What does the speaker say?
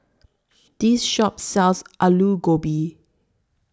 This Shop sells Aloo Gobi